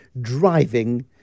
driving